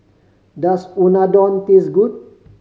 does Unadon taste good